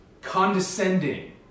condescending